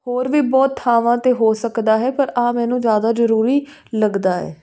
ਹੋਰ ਵੀ ਬਹੁਤ ਥਾਵਾਂ 'ਤੇ ਹੋ ਸਕਦਾ ਹੈ ਪਰ ਇਹ ਮੈਨੂੰ ਜ਼ਿਆਦਾ ਜ਼ਰੂਰੀ ਲੱਗਦਾ ਹੈ